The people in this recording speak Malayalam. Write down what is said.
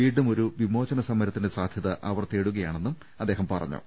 വീണ്ടുമൊരു വിമോചനസമരത്തിന്റെ സാധ്യത അവർ തേടുകയാണെന്നും അദ്ദേഹം പറഞ്ഞു